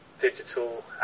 digital